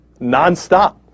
nonstop